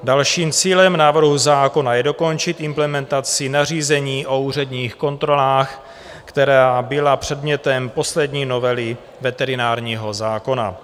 Dalším cílem návrhu zákona je dokončit implementaci nařízení o úředních kontrolách, která byla předmětem poslední novely veterinárního zákona.